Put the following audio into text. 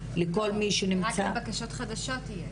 לכל מי שנמצא --- רק בבקשות חדשות זה יהיה.